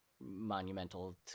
monumental